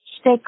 Stay